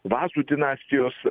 vazų dinastijos